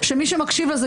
שמי שמקשיב לזה,